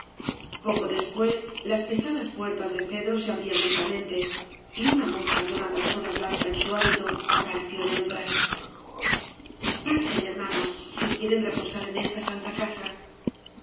poco después las pesadas puertas de cedro se abrían lentamente y una monja donada toda blanca en su hábito apareció en el umbral pasen hermanos si quieren reposar en esta santa casa